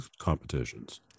competitions